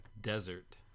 desert